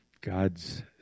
God's